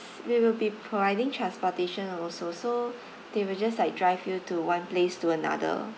we will be providing transportation also so they will just like drive you to one place to another